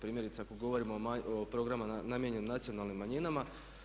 Primjerice ako govorimo o programima namijenjenim nacionalnim manjinama.